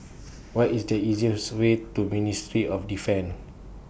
What IS The easiest Way to Ministry of Defence